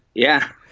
yeah,